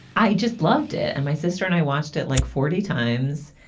i just loved it. and my sister and i watched it like forty times.